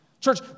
Church